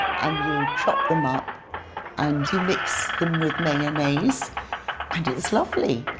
and you chop them up and you mix them with mayonnaise and it's lovely.